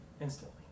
instantly